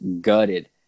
gutted